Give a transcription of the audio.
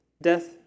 Death